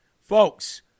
folks